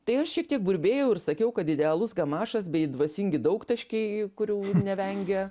tai aš šiek tiek burbėjau ir sakiau kad idealus gamašas bei dvasingi daugtaškiai kurių nevengia